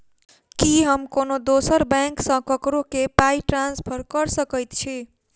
की हम कोनो दोसर बैंक सँ ककरो केँ पाई ट्रांसफर कर सकइत छि?